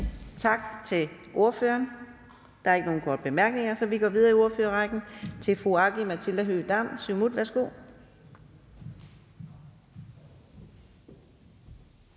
Tak til ordføreren. Der er ikke nogen korte bemærkninger, så vi går videre i ordførerrækken til hr. Steffen W.